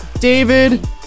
David